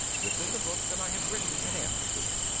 this is the book that i have written in answer to it.